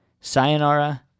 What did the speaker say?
sayonara